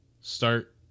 start